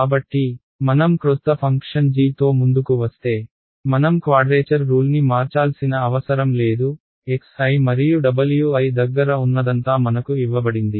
కాబట్టి మనం క్రొత్త ఫంక్షన్ g తో ముందుకు వస్తే మనం క్వాడ్రేచర్ రూల్ని మార్చాల్సిన అవసరం లేదు xi మరియు Wi దగ్గర ఉన్నదంతా మనకు ఇవ్వబడింది